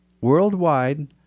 Worldwide